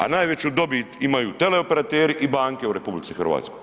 A najveću dobit imaju teleoperateri i banke u RH.